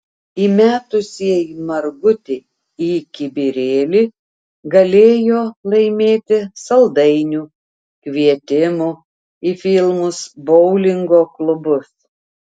įmetusieji margutį į kibirėlį galėjo laimėti saldainių kvietimų į filmus boulingo klubus